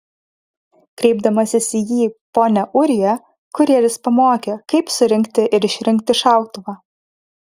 kreipdamasis į jį pone ūrija kurjeris pamokė kaip surinkti ir išrinkti šautuvą